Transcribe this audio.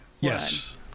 Yes